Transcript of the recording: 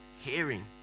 hearing